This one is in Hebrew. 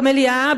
במליאה,